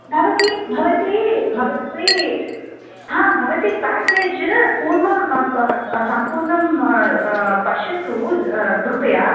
भवती भवती भवती भवती पेकेज् पूर्वं संपूर्णं पश्यतु कृपया